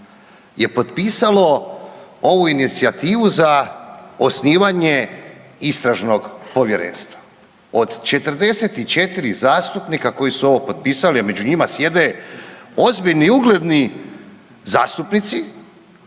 je potpisalo ovu inicijativu za osnivanje istražnog povjerenstva. Od 44 zastupnika koji su ovo potpisali, a među njima sjede ozbiljni i ugledni zastupnici